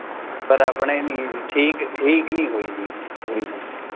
ਪਰ ਆਪਣੇ ਨਹੀਂ ਠੀਕ ਠੀਕ ਨਹੀਂ ਹੋਈ ਜੀ ਤਕਰੀਬਨ